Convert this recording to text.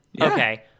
Okay